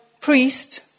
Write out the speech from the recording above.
priest